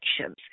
actions